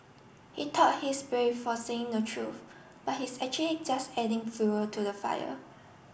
he thought he's brave for saying the truth but he's actually just adding fuel to the fire